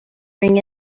ring